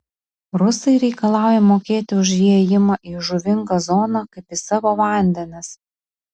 rusai reikalauja mokėti už įėjimą į žuvingą zoną kaip į savo vandenis